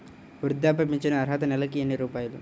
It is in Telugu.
వృద్ధాప్య ఫింఛను అర్హత నెలకి ఎన్ని రూపాయలు?